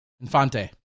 Infante